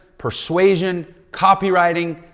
persuasion copywriting,